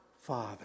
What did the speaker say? father